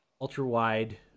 ultra-wide